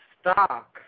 stock